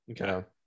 Okay